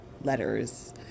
letters